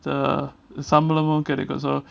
the சம்பளமும் கிடைக்கும்:sambalamum kedaikum so